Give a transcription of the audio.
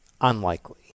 unlikely